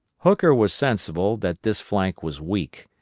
hooker was sensible that this flank was weak,